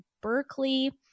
Berkeley